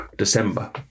December